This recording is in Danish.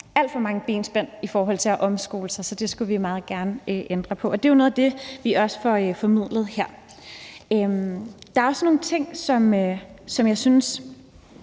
alt for mange benspænd i forhold til at omskole sig. Så det skulle vi meget gerne ændre på, og det er jo noget af det, som vi også får formået her. Der er også nogle ting, som jeg synes